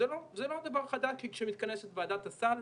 זה לא דבר חדש כי כאשר מתכנסת ועדת הסל,